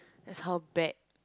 that's how bad